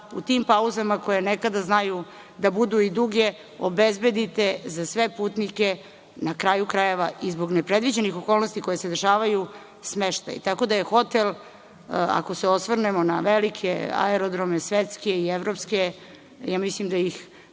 u tim pauzama koje nekada znaju da budu i duge, obezbedite za sve putnike, na kraju krajeva i zbog nepredviđenih okolnosti koje se dešavaju, smeštaj. Tako da je hotel, ako se osvrnemo na velike aerodrome svetske i evropske, mislim da ih